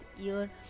year